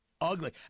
ugly